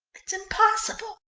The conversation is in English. it is impossible,